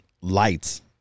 lights